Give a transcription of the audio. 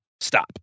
Stop